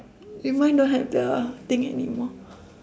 eh mine don't have the thing anymore